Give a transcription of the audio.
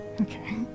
Okay